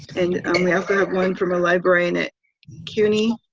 and um we also have one from a librarian at cuny,